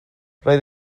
roedd